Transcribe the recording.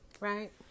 right